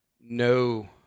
no